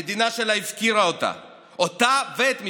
המדינה שלה הפקירה אותה ואת משפחתה.